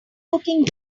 cooking